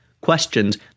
questions